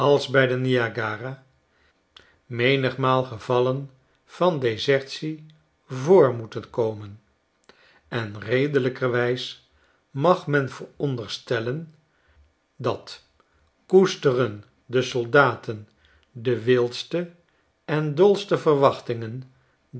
als bij den niagara menigmaal gevallen van desertie voor moeten komen en redelijkerwijs mag men veronderstellen dat koesteren de soldaten de wildste en dolste verwachtingen